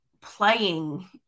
playing